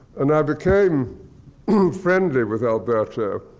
and i became friendly with alberto,